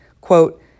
quote